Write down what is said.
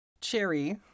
Cherry